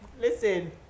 Listen